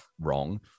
wrong